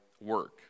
work